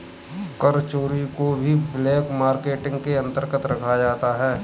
कर चोरी को भी ब्लैक मार्केटिंग के अंतर्गत रखा जाता है